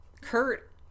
Kurt